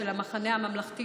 של המחנה הממלכתי,